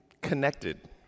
Connected